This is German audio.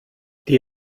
die